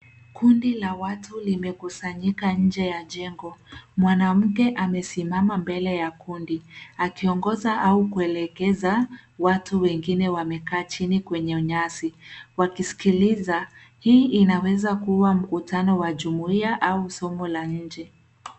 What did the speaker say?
Kundi la watu limekusanyika nje ya njengo, mwanamke amesimama kando ya kundi, akiongoza au akielekeza watu wengine wamekaa chini kwenye nyasi wakiskiliza, hii inaeza kua mkutano wa jumuia au somo la nje.